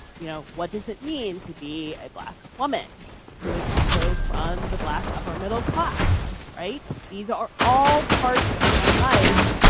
you know, what does it mean to be a black woman who is also from the black upper middle class? right? these are all parts of my life,